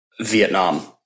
vietnam